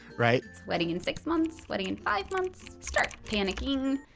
right. wedding in six months. wedding in five months. start panicking.